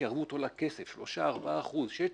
כי ערבות עולה כסף, 3%-4%, 6,000,